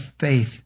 faith